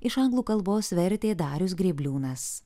iš anglų kalbos vertė darius grėbliūnas